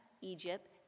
Egypt